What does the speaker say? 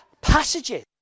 passages